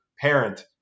parent